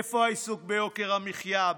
איפה העיסוק ביוקר המחיה?